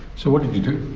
so what did you do?